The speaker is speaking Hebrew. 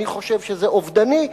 אני חושב שזה אובדני,